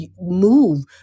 move